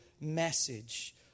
message